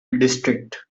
district